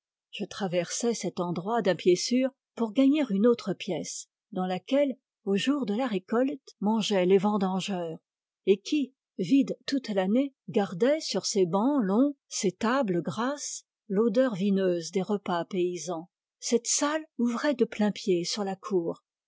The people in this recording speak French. je traversais cet endroit d'un pied sûr pour gagner une autre pièce dans laquelle aux jours de la récolte mangeaient les vendangeurs et qui vide toute l'année gardait sur ses bancs longs ses tables grasses l'odeur vineuse des repas paysans cette salle ouvrait de plain-pied sur la cour